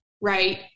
right